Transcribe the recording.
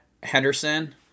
Henderson